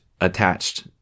attached